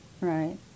Right